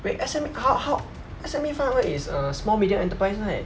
wait S_M how how S_M_E five hundred is a small medium enterprise right